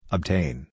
Obtain